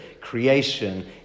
creation